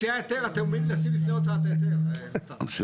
אם היא